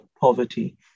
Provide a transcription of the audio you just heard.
poverty